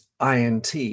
INT